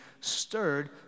stirred